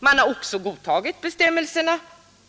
Man har alltså godtagit bestämmelserna.